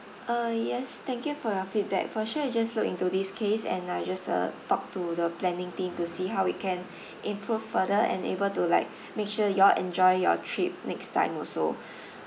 uh yes thank you for your feedback for sure just look into this case and I just uh talk to the planning team to see how we can improve further and able to like make sure you all enjoy your trip next time also